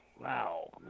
wow